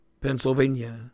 Pennsylvania